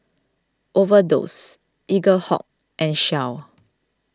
Overdose Eaglehawk and Shell